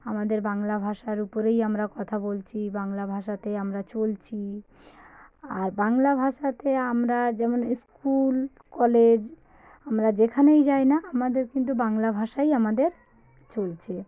আমাদের বাংলা ভাষার উপরেই আমরা কথা বলছি বাংলা ভাষাতেই আমরা চলছি আর বাংলা ভাষাতে আমরা যেমন স্কুল কলেজ আমরা যেখানেই যাই না আমাদের কিন্তু বাংলা ভাষাই আমাদের চলছে